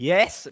Yes